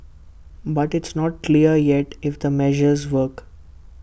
but it's not clear yet if the measures work